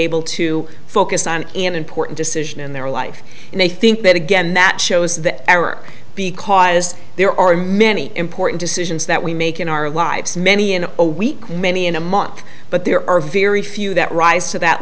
able to focus on an important decision in their life and they think that again that shows the error because as there are many important decisions that we make in our lives many in a week many in a month but there are very few that rise to that